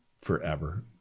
forever